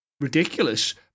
ridiculous